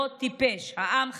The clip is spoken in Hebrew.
אז תתפלאו, העם לא טיפש, העם חכם.